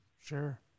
Sure